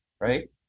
Right